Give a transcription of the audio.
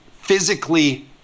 physically